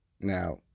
Now